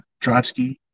Trotsky